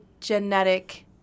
genetic